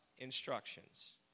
instructions